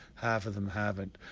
half of them haven't.